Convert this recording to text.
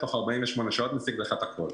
ותוך 48 שעות משיג לך הכול.